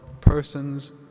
persons